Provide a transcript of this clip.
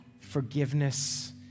forgiveness